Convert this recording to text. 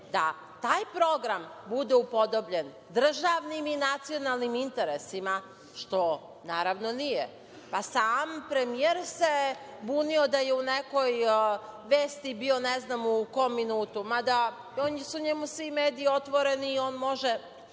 da taj program bude upodobljen državnim i nacionalnim interesima, što naravno nije. Sam premijer se bunio da je u nekoj vesti bio, ne znam, u kom minutu, mada su njemu svi mediji otvoreni, i on može